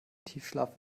tiefschlaf